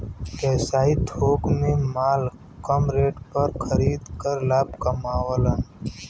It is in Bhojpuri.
व्यवसायी थोक में माल कम रेट पर खरीद कर लाभ कमावलन